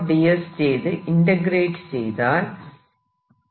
dS ചെയ്ത് integrate ചെയ്താൽ jr